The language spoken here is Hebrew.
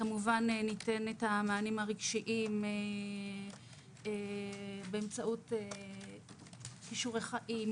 כמובן ניתן את המענים הרגשיים באמצעות כישורי חיים,